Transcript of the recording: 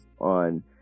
on